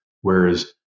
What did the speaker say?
Whereas